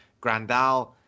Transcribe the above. Grandal